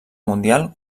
mundial